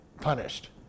punished